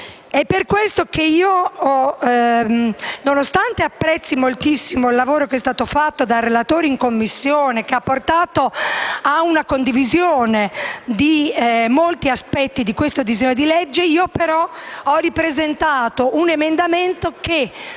Per questo motivo, nonostante apprezzi moltissimo il lavoro fatto dal relatore in Commissione, che ha consentito una condivisione di molti aspetti del disegno di legge, ho ripresentato un emendamento che,